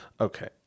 Okay